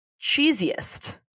cheesiest